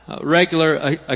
Regular